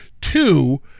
Two